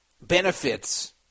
benefits